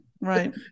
right